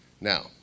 Now